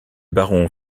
baron